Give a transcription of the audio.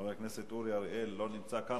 חבר הכנסת אורי אריאל, לא נמצא כאן.